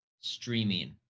streaming